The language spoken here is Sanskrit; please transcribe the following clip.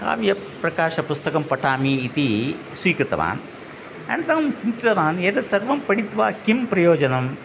काव्यप्रकाशपुस्तकं पठामि इति स्वीकृतवान् अन्तरं चिन्तितवान् एतत् सर्वं पठित्वा किं प्रयोजनम्